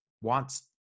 wants